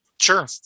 Sure